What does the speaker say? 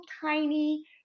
tiny